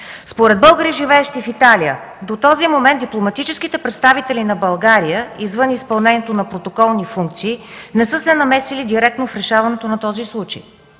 Според българи, живеещи в Италия, до този момент дипломатическите представители на България извън изпълнението на протоколни функции не са се намесили директно в решаването на този случай.